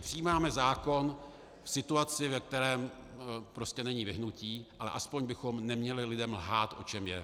Přijímáme zákon v situaci, ve které prostě není vyhnutí, ale aspoň bychom neměli lidem lhát, o čem je.